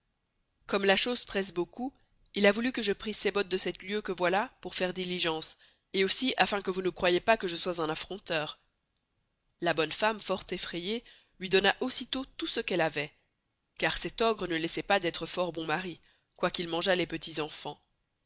comme la chose presse beaucoup il a voulu que je prise ses bottes de sept lieuës que voilà pour faire diligence et aussi afin que vous ne croyez pas que je sois un affronteur la bonne femme fort effrayée lui donna aussi tost tout ce qu'elle avoit car cet ogre ne laissoit pas d'estre fort bon mari quoy qu'il mangeast les petits